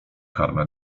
karmę